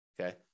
Okay